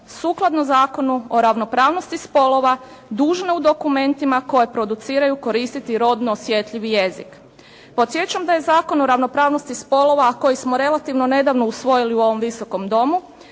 sukladno Zakonu o ravnopravnosti spolova dužne u dokumentima koje produciraju koristiti rodno osjetljiv jezik. Podsjećam da je Zakon o ravnopravnosti spolova koji smo relativno nedavno usvojili u ovom Visokom domu